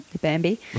Bambi